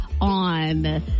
on